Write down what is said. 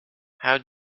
how